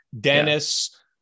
dennis